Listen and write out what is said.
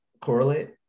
Correlate